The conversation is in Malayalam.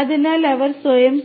അതിനാൽ അവർ സ്വയം